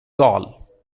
call